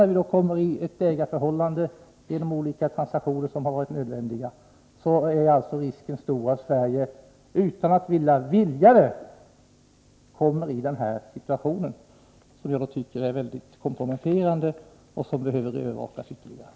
När vi råkar in i ett ägarförhållande, genom de olika transaktioner som varit nödvändiga, är ålltså risken stor att Sverige, utan att vilja det, kommer i en sådan här situation, som jag tycker är väldigt komprometterande och där det behövs ytterligare övervakning.